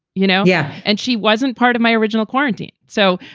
you know. yeah. and she wasn't part of my original quarantine. so.